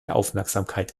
aufmerksamkeit